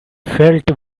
felt